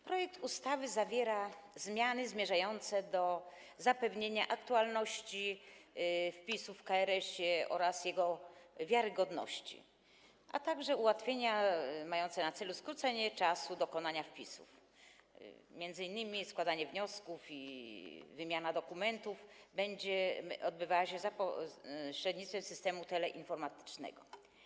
Projekt ustawy zawiera zmiany zmierzające do zapewnienia aktualności wpisów w KRS-ie oraz jego wiarygodności, a także ułatwienia mające na celu skrócenie czasu dokonywania wpisów; m.in. składanie wniosków i wymiana dokumentów będą odbywały się za pośrednictwem systemu teleinformatycznego.